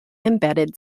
embedded